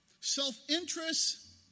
Self-interest